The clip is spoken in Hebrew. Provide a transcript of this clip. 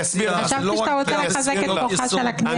חשבתי שאתה רוצה לחזק את כוחה של הכנסת.